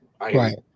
Right